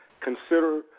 consider